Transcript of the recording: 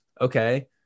Okay